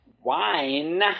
wine